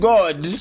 God